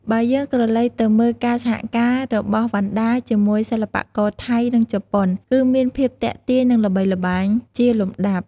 បើយើងក្រឡេកទៅមើលការសហការរបស់វណ្ណដាជាមួយសិល្បករថៃ និងជប៉ុន គឺមានភាពទាក់ទាញនិងល្បីល្បាញចាលំដាប់។